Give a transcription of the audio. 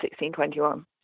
1621